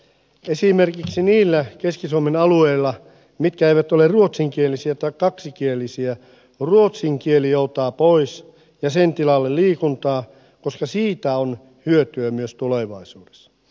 esimerkiksi niillä keski suomen alueilla jotka eivät ole ruotsinkielisiä tai kaksikielisiä ruotsin kieli joutaa pois ja sen tilalle liikuntaa koska siitä on hyötyä myös tulevaisuudessa